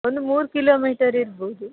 ಒಂದು ಮೂರು ಕಿಲೋಮೀಟರ್ ಇರ್ಬೌದು